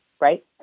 right